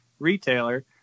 retailer